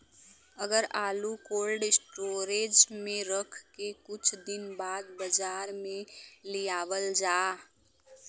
अगर आलू cold storage में रख के कुछ दिन बाद बाजार में लियावल जा?